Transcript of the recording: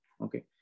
Okay